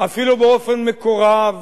אפילו באופן מקורב,